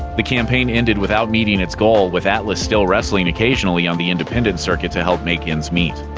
the campaign ended without meeting its goal, with atlas still wrestling occasionally on the independent circuit to help make ends meet.